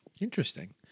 Interesting